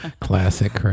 Classic